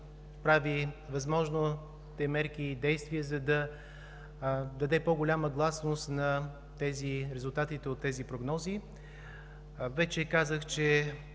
възможните мерки и действия, за да даде по-голяма гласност на резултатите от тези прогнози. Вече казах, че